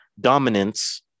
dominance